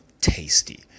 tasty